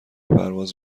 پرواز